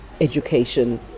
education